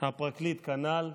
הפרקליט כנ"ל,